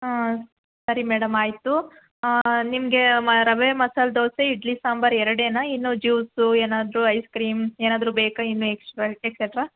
ಆಂ ಸರಿ ಮೇಡಮ್ ಆಯಿತು ನಿಮಗೆ ಮ ರವೆ ಮಸಾಲೆ ದೋಸೆ ಇಡ್ಲಿ ಸಾಂಬಾರು ಎರಡೇನಾ ಇನ್ನೂ ಜ್ಯೂಸು ಏನಾದ್ರೂ ಐಸ್ಕ್ರೀಮ್ ಏನಾದ್ರೂ ಬೇಕಾ ಇನ್ನು ಎಕ್ಸ್ಟ್ರಾ ಎಕ್ಸೆಟ್ರ